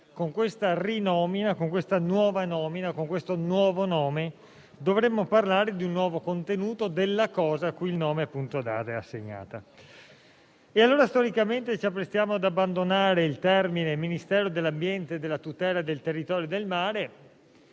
con questa rinomina, con questa nuova nomina, con questo nuovo nome dovremmo parlare di un nuovo contenuto della cosa cui il nome è dato e assegnato. Storicamente ci apprestiamo ad abbandonare la denominazione «Ministero dell'ambiente e della tutela del territorio e del mare»